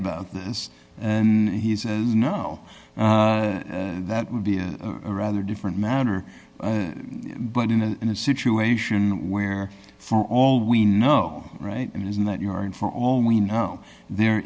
about this and he says no that would be a rather different matter but in a in a situation where for all we know right and it isn't that you are in for all we know there